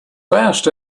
fast